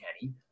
Kenny